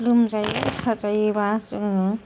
लोमजायो साजायोबा जोङो